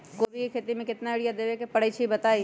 कोबी के खेती मे केतना यूरिया देबे परईछी बताई?